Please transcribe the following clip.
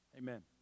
amen